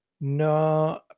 No